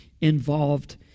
involved